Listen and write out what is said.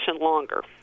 longer